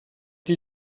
die